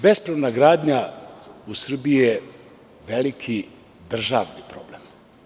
Bespravna gradnja u Srbiji je veliki državni problem.